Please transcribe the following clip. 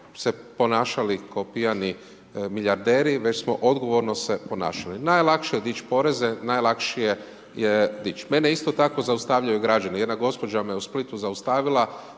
se ponašali ko pijani milijarderi, već smo se odgovorno ponašali. Najlakše je dići poreze, najlakše je dići. Meni isto tako zaustavljaju građani, jedna gospođa me u Splitu zaustavila